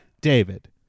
David